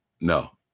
No